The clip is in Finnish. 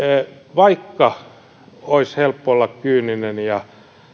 vaikka olisi helppo olla kyyninen ja